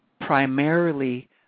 primarily